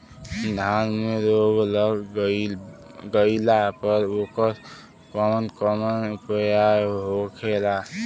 धान में रोग लग गईला पर उकर कवन कवन उपाय होखेला?